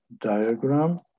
diagram